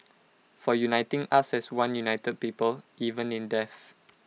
for uniting us as one united people even in death